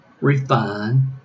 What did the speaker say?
refine